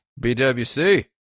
BWC